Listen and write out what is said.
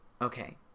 Okay